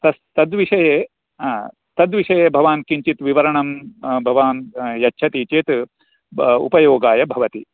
तत् तद्विषये तद्विषये भवान् किञ्चित् विवरणं भवान् यच्छति चेत् ब उपयोगाय भवति